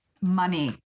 Money